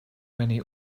many